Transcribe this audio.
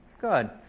Good